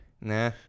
Nah